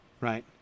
right